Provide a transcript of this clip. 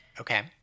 Okay